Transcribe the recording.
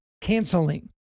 canceling